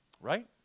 Right